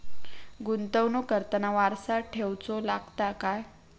गुंतवणूक करताना वारसा ठेवचो लागता काय?